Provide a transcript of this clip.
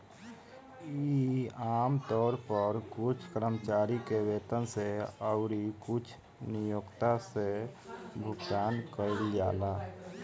इ आमतौर पर कुछ कर्मचारी के वेतन से अउरी कुछ नियोक्ता से भुगतान कइल जाला